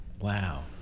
Wow